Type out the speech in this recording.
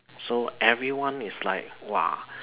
so everyone is like !wah!